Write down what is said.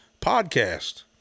podcast